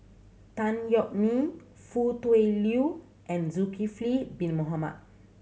Tan Yeok Nee Foo Tui Liew and Zulkifli Bin Mohamed